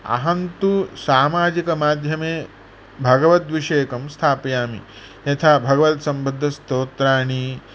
अहं तु सामाजिकमाध्यमे भगवत् विषयकं स्थापयामि यथा भगवत् सम्बन्धस्तोत्राणि